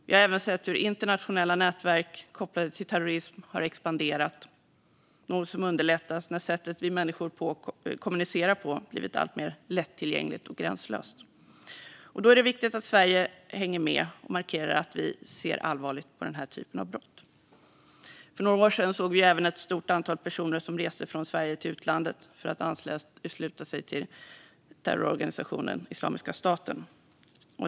Vi har även sett hur internationella nätverk kopplade till terrorism har expanderat, och det är något som underlättats när sättet vi människor kommunicerar på blivit alltmer lättillgängligt och gränslöst. Och då är det viktigt att Sverige hänger med och markerar hur allvarligt vi ser på den här typen av brott. För några år sedan såg vi även att ett stort antal personer reste från Sverige till utlandet för att ansluta sig till terrororganisationen Islamiska staten.